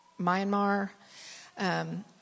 Myanmar